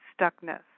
stuckness